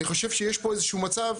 אני חושב שיש פה איזה שהוא מצב,